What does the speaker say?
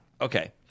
Okay